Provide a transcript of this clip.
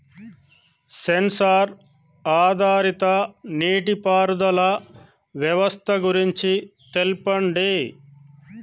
Censor ఆధారిత నీటిపారుదల వ్యవస్థ గురించి తెల్పండి?